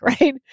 right